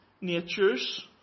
natures